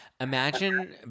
Imagine